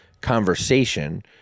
conversation